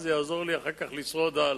זה יעזור לי אחר כך לשרוד הלאה.